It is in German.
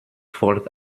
volk